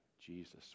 Jesus